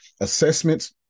assessments